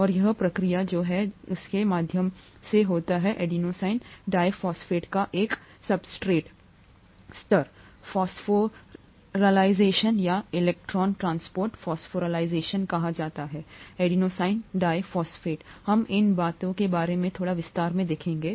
और यह प्रक्रिया जो है उसके माध्यम से होती है ADP का एक सब्सट्रेट स्तर फॉस्फोराइलेशन या इलेक्ट्रॉन ट्रांसपोर्ट फॉस्फोराइलेशन कहा जाता है ADP हम इन बातों के बारे में थोड़ा विस्तार से देखेंगे